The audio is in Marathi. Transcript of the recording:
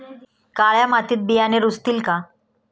काळ्या मातीत बियाणे रुजतील का?